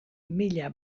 mila